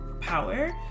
power